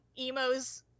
emos